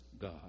God